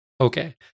Okay